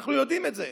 אנחנו יודעים את זה.